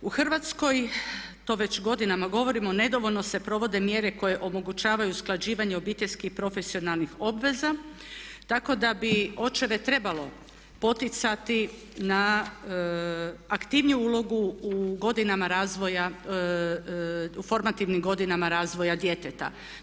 U Hrvatskoj to već godinama govorimo nedovoljno se provode mjere koje omogućavaju usklađivanje obiteljski i profesionalnih obveza tako da bi očeve trebalo poticati na aktivniju ulogu u godinama razvoja, u formativnim godinama razvoja djeteta.